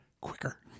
quicker